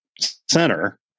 Center